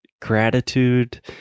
gratitude